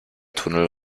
tunnel